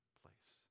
place